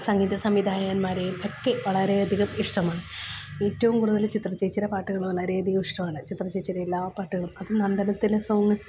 സംഗീത സംവിധായകന്മാരേയും ഒക്കെ വളരെയധികം ഇഷ്ടമാണ് ഏറ്റവും കൂടുതല് ചിത്ര ചേച്ചിയുടെ പാട്ടുകള് വളരെയധികം ഇഷ്ടമാണ് ചിത്ര ചേച്ചിയുടെ എല്ലാ പാട്ടുകളും അതും നന്ദനത്തിലെ സോങ്ങ്